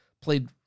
played